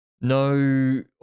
no